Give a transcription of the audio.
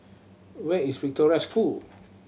where is Victoria School